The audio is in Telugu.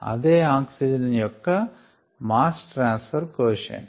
ఇదే ఆక్సిజన్ యొక్క మాస్ ట్రాన్స్ ఫార్ కోషంట్